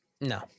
No